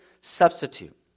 substitute